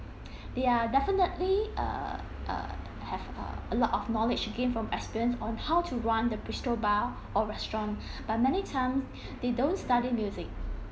they are definitely uh uh have(uh) a lot of knowledge gained from experience on how to run the bistro bar or restaurant but many times they don't study music